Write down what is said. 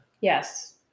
Yes